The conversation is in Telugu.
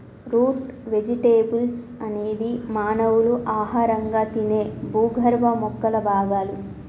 రూట్ వెజిటెబుల్స్ అనేది మానవులు ఆహారంగా తినే భూగర్భ మొక్కల భాగాలు